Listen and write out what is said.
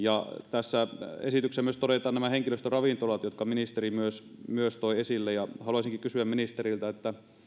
tässä esityksessä todetaan myös nämä henkilöstöravintolat jotka ministeri myös myös toi esille haluaisinkin kysyä ministeriltä